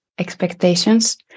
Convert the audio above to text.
expectations